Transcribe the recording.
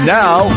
now